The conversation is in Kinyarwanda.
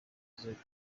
kwiteza